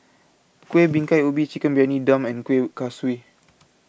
Kueh Bingka Ubi Chicken Briyani Dum and Kueh Kaswi